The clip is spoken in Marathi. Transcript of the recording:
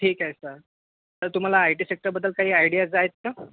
ठीक आहे सर तर तुम्हाला आय टी सेक्टरबद्दल काही आयडियाज आहेत का